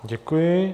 Děkuji.